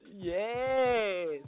Yes